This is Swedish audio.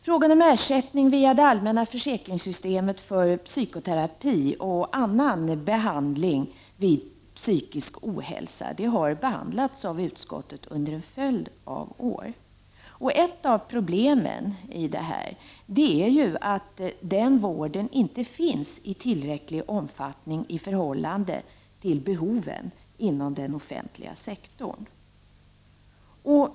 Frågan om ersättning via det allmänna försäkringssystemet för psykoterapi och annan behandling vid psykisk ohälsa har behandlats av utskottet under en följd av år. Ett problem är ju att den vården inte finns i tillräcklig omfattning i förhållande till behoven inom den offentliga sektorn.